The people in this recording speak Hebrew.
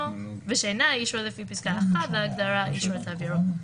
ושאינה אישור לפי פסקה 1 בהגדרה אישור התו הירוק.